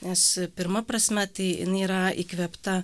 nes pirma prasme tai yra įkvėpta